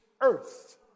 earth